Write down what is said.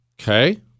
Okay